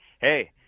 hey